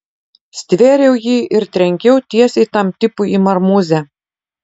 stvėriau jį ir trenkiau tiesiai tam tipui į marmūzę